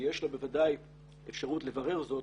שיש לו בוודאי אפשרות לברר זאת,